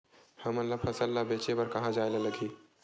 हमन ला फसल ला बेचे बर कहां जाये ला लगही?